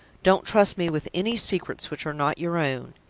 don't trust me with any secrets which are not your own.